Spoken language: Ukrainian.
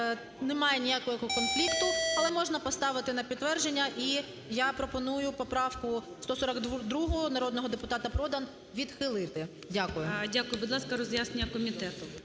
немає ніякого конфлікту. Але можна поставити на підтвердження. І я пропоную поправку 142-у народного депутата Продан відхилити. Дякую. ГОЛОВУЮЧИЙ. Дякую. Будь ласка, роз'яснення комітету.